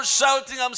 shouting